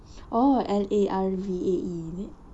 oh L A R V A E